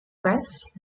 press